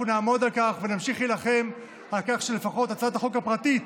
אנחנו נעמוד על כך ונמשיך להילחם על כך שלפחות הצעת החוק הפרטית